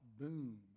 boom